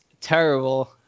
terrible